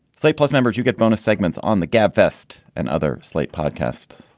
slate plus members, you get bonus segments on the gab fest and other slate podcast.